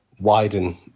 widen